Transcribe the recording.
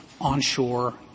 onshore